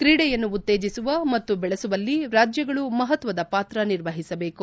ಕ್ರೀಡೆಯನ್ನು ಉತ್ತೇಜಿಸುವ ಮತ್ತು ಬೆಳೆಸುವಲ್ಲಿ ರಾಜ್ಲಗಳು ಮಹತ್ವದ ಪಾತ್ರ ನಿರ್ವಹಿಸಬೇಕು